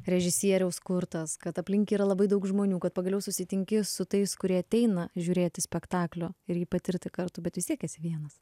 režisieriaus kurtas kad aplink yra labai daug žmonių kad pagaliau susitinki su tais kurie ateina žiūrėti spektaklio ir jį patirti kartu bet vis tiek esi vienas